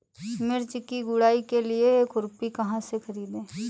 मिर्च की गुड़ाई के लिए खुरपी कहाँ से ख़रीदे?